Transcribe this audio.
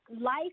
Life